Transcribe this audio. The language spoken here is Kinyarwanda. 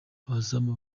abazimu